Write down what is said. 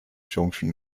junction